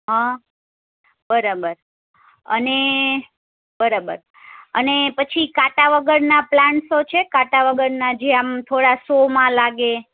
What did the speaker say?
હં બરાબર અને બરાબર અને પછી કાંટા વગરના પ્લાન્ટસો છે કાંટા વગરના જે આમ થોડાં શોમાં લાગે